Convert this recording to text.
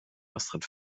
astrid